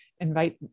invite